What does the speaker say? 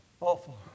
awful